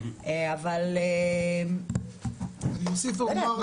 אבל לא יודעת,